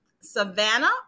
Savannah